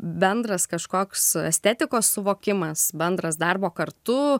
bendras kažkoks estetikos suvokimas bendras darbo kartu